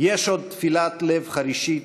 "יש עוד תפילת לב חרישית,